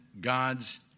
God's